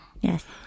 Yes